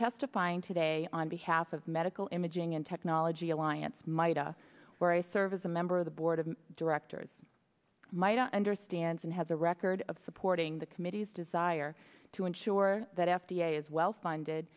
testifying today on behalf of medical imaging and technology alliance my idea where i serve as a member of the board of directors might understands and has a record of supporting the committee's desire to ensure that f d a is well funded